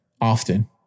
Often